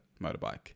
motorbike